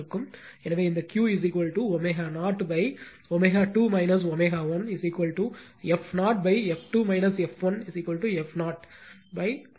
எனவே இந்த Q ω0 ω2 ω 1 f0 f 2 f 1 f0 bandwidth என்று எழுதலாம்